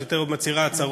את יותר מצהירה הצהרות.